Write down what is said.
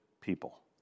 people